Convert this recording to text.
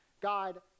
God